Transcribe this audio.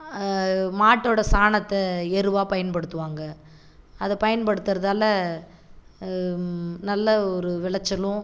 மாட்டோட சாணத்தை எருவாக பயன்படுத்துவாங்க அதை பயன்படுத்துறதால் நல்ல ஒரு விளைச்சலும்